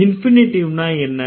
இன்ஃபினிட்டிவ்னா என்ன